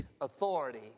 authority